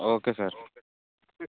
okay sir